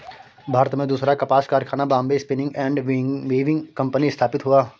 भारत में दूसरा कपास कारखाना Bombay spinning and weaving company स्थापित हुआ